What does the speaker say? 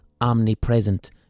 omnipresent